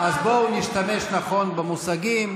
נכון.